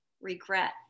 regret